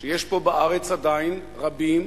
שיש פה בארץ עדיין רבים,